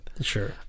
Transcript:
Sure